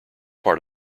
part